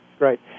great